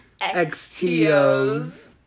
XTOs